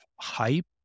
hype